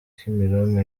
kimironko